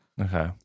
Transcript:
Okay